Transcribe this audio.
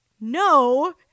no